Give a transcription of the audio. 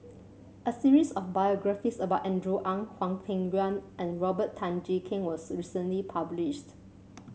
a series of biographies about Andrew Ang Hwang Peng Yuan and Robert Tan Jee Keng was recently published